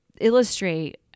illustrate